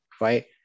right